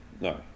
No